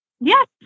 Yes